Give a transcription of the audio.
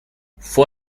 fue